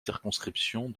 circonscription